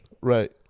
right